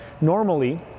normally